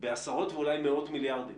בעשרות ואולי מאות מיליארדים,